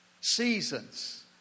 Seasons